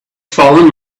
fallen